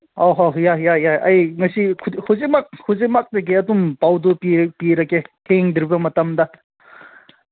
ꯑꯣ ꯍꯣ ꯌꯥꯏ ꯌꯥꯏ ꯌꯥꯏ ꯑꯩ ꯉꯁꯤ ꯍꯧꯖꯤꯛꯃꯛ ꯍꯧꯖꯤꯛꯃꯛꯇꯒꯤ ꯑꯗꯨꯝ ꯇꯧꯗꯣ ꯄꯤꯔꯒꯦ ꯊꯦꯡꯗ꯭ꯔꯤꯕ ꯃꯇꯝꯗ